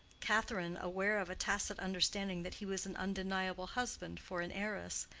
catherine, aware of a tacit understanding that he was an undeniable husband for an heiress,